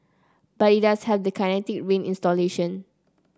but it does have the Kinetic Rain installation